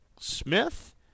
Smith